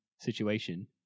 situation